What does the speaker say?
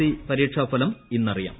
C പരീക്ഷാഫലം ഇന്നറിയാം